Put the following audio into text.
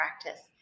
practice